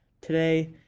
today